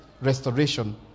restoration